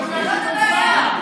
זו הבעיה.